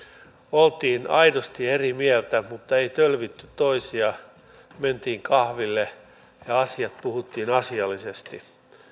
oltiin aidosti eri mieltä mutta ei tölvitty toisia mentiin kahville ja asiat puhuttiin asiallisesti